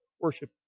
worship